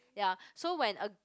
ya so when a